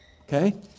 Okay